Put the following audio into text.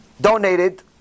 donated